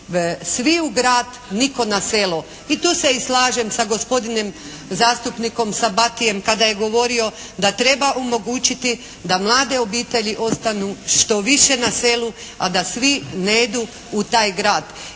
svi u grad, nitko na selo. I tu se i slažem sa gospodinom zastupnikom Sabatijem kada je govorio da treba omogućiti da mlade obitelji ostanu što više na selu a da svi ne idu u taj grad.